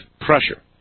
pressure